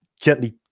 gently